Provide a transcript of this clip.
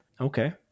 Okay